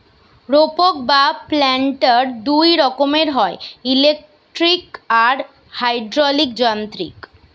রোপক বা প্ল্যান্টার দুই রকমের হয়, ইলেকট্রিক আর হাইড্রলিক যান্ত্রিক